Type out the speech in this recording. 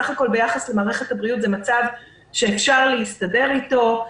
בסך הכול ביחס למערכת הבריאות זה מצב שאפשר להסתדר איתו.